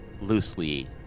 loosely